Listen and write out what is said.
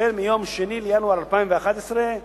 מיום 2 בינואר 2011,